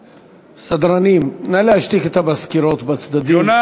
סדרנים, נא להשתיק את המזכירות בצדדים.